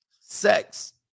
sex